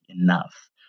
enough